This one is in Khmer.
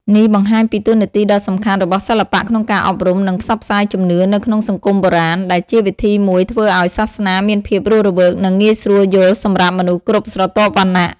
នេះបង្ហាញពីតួនាទីដ៏សំខាន់របស់សិល្បៈក្នុងការអប់រំ និងផ្សព្វផ្សាយជំនឿនៅក្នុងសង្គមបុរាណ ដែលជាវិធីមួយធ្វើឲ្យសាសនាមានភាពរស់រវើក និងងាយស្រួលយល់សម្រាប់មនុស្សគ្រប់ស្រទាប់វណ្ណៈ។